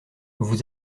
vous